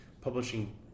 publishing